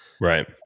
Right